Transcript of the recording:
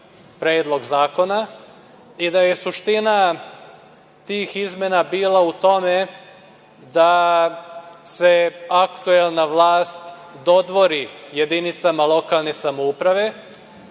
i da je suština tih izmena bila u tome da se aktuelna vlast dodvori jedinicama lokalne samouprave